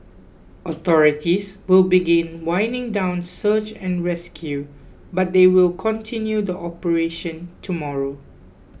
authorities will begin winding down search and rescue but they will continue the operation tomorrow